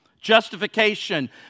Justification